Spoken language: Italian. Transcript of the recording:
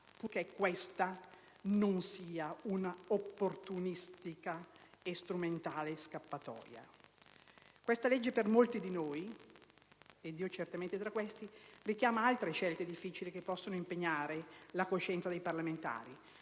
che questa non sia una opportunistica e strumentale scappatoia). Questa legge per molti di noi - ed io certamente tra questi - richiama altre scelte difficili che possono impegnare la coscienza dei parlamentari.